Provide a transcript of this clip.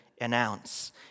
announce